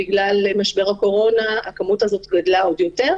בגלל משבר הקורונה הכמות הזאת גדלה עוד יותר,